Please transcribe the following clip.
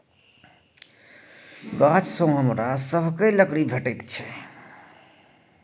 गाछसँ हमरा सभकए लकड़ी भेटैत छै